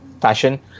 fashion